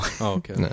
Okay